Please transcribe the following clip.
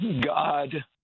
God